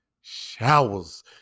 showers